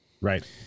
Right